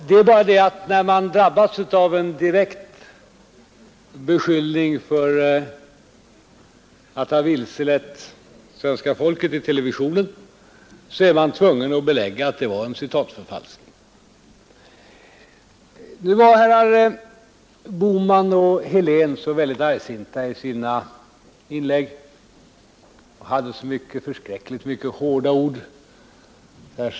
Det är bara det att när man drabbas av en direkt beskyllning för att ha vilselett svenska folket i televisionen är man tvungen att belägga att det var en citatförfalskning. Herrar Bohman och Helén var väldigt argsinta i sina inlägg och hade så förskräckligt mycket hårda ord att komma med.